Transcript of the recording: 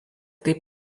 taip